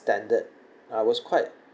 standard I was quite